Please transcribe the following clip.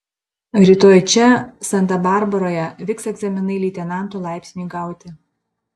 rytoj čia santa barbaroje vyks egzaminai leitenanto laipsniui gauti